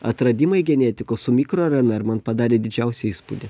atradimai genetikos su mikro rnr man padarė didžiausią įspūdį